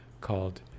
Called